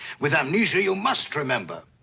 with amnesia, you must remember.